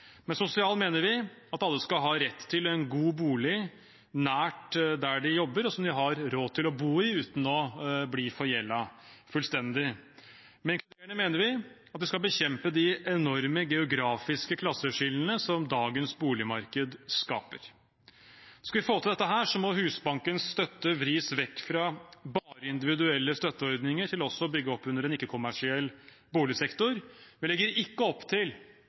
mener vi at alle skal ha rett til en god bolig nær der de jobber, og som de har råd til å bo i uten å bli fullstendig forgjeldet. Med inkluderende mener vi at det skal bekjempe de enorme geografiske klasseskillene som dagens boligmarked skaper. Skal vi få til dette, må Husbankens støtte vris vekk fra bare individuelle støtteordninger til også å bygge opp under en ikke-kommersiell boligsektor. Vi legger ikke opp til